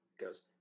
goes